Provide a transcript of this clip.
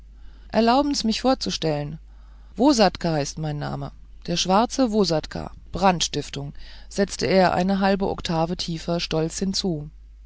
erlaubens mich vorzustellen vssatka ist mein name der schwarze vssatka brandstiftung setzte er eine oktave tiefer stolz hinzu